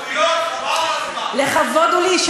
שטויות חבל על הזמן.